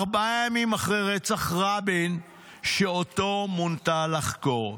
ארבעה ימים אחרי רצח רבין, שאותו מונתה לחקור.